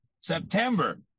September